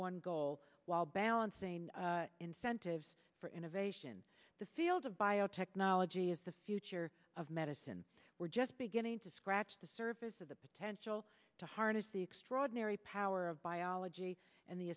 one goal while balancing incentives for innovation the field of biotechnology is the future of medicine we're just beginning to scratch the surface of the potential to harness the extraordinary power of biology and the